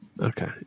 Okay